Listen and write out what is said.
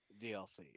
DLC